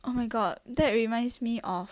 oh my god that reminds me of